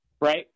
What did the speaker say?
right